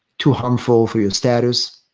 too harmful for your status.